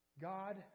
God